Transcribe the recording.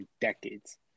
decades